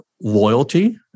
loyalty